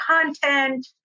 content